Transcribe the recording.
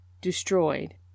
destroyed